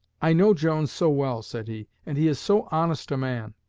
i know jones so well said he, and he is so honest a man,